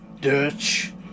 Dutch